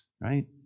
Right